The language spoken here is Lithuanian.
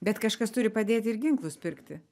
bet kažkas turi padėti ir ginklus pirkti